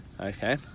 Okay